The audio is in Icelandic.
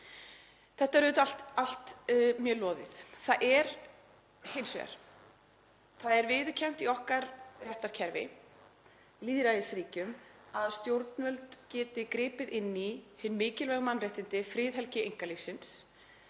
Þetta er auðvitað allt mjög loðið. Það er hins vegar, það er viðurkennt í okkar réttarkerfi, í lýðræðisríkjum, að stjórnvöld geti gripið inn í hin mikilvægu mannréttindi friðhelgi einkalífsins